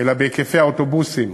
אלא בהיקפי האוטובוסים,